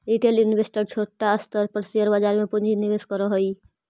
retail investor छोटा स्तर पर शेयर बाजार में पूंजी निवेश करऽ हई